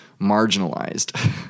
marginalized